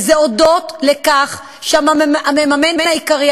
וזה הודות לכך שהמממן העיקרי,